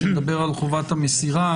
כשנדבר על חובת המסירה.